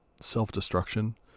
self-destruction